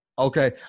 Okay